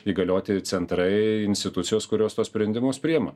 įgalioti centrai institucijos kurios tuos sprendimus priema